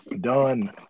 Done